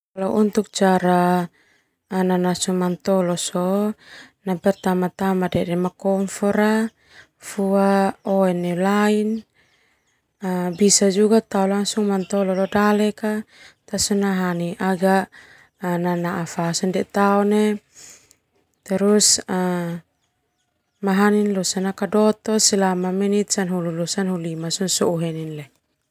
Untuk cara nasu mantolo sona dedema kompor aa fua oe neu lain mahani namahana fa sona tao neu mahani nakadoto losa menit sanahulu losa sanahulu lima sona sou heni leo.